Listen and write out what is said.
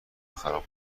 خراب